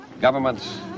governments